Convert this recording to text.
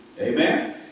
Amen